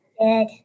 Good